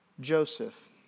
Joseph